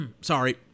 Sorry